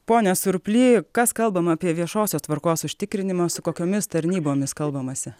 pone surply kas kalbama apie viešosios tvarkos užtikrinimą su kokiomis tarnybomis kalbamasi